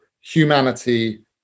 humanity